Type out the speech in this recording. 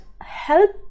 help